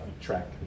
track